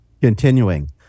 Continuing